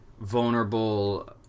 vulnerable